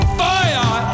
fire